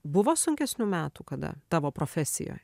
buvo sunkesnių metų kada tavo profesijoj